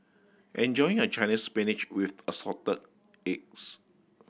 enjoy your Chinese Spinach with Assorted Eggs